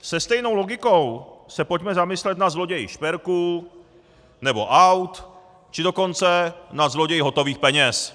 Se stejnou logikou se pojďme zamyslet nad zloději šperků nebo aut, či dokonce nad zloději hotových peněz.